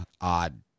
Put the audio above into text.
odd